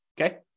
okay